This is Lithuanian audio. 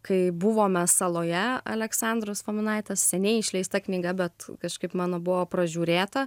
kai buvome saloje aleksandros fominaitės seniai išleista knyga bet kažkaip mano buvo pražiūrėta